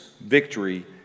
victory